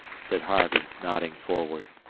said harvey, nodding forward.